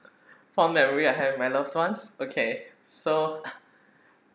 fond memory I have of my loved ones okay so